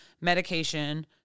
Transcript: medication